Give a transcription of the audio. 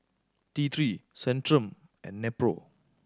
T Three Centrum and Nepro